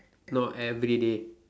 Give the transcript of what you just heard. not everyday